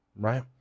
right